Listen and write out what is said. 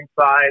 side